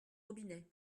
robinet